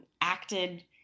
acted